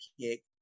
kick